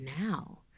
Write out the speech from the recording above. now